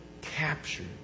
captured